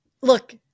Look